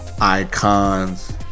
icons